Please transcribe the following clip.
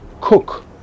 cook